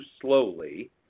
slowly